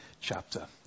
chapter